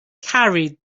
carried